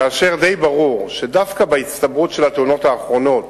כאשר די ברור שדווקא בהצטברות של התאונות האחרונות